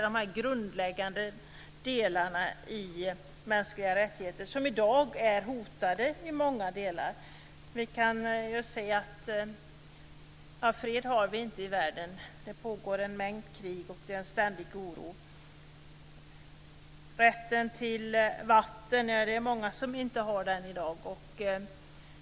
Det är de grundläggande delarna i de mänskliga rättigheterna, som i dag är hotade i många delar. Vi kan ju se att vi inte har fred i världen. Det pågår en mängd krig och det finns en ständig oro. Det är många som inte har rätten till vatten i dag.